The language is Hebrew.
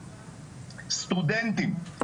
סטודנטים,